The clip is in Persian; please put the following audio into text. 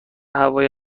هوای